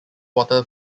water